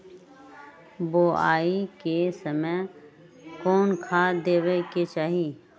बोआई के समय कौन खाद देवे के चाही?